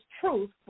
truth